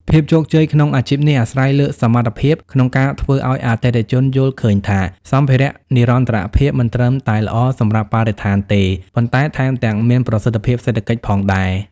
ភាពជោគជ័យក្នុងអាជីពនេះអាស្រ័យលើសមត្ថភាពក្នុងការធ្វើឱ្យអតិថិជនយល់ឃើញថា សម្ភារៈនិរន្តរភាពមិនត្រឹមតែល្អសម្រាប់បរិស្ថានទេ ប៉ុន្តែថែមទាំងមានប្រសិទ្ធភាពសេដ្ឋកិច្ចផងដែរ។